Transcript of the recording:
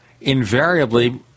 invariably